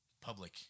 public